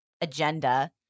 agenda